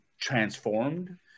transformed